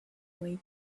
way